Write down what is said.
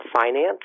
finance